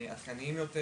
עדכניים יותר